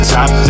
Top